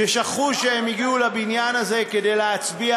ששכחו שהם הגיעו לבניין הזה כדי להצביע